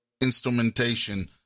instrumentation